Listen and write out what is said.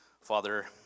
father